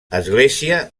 església